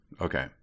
Okay